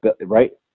right